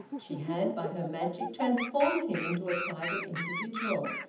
she had by her magic transformed him into a private individual,